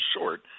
short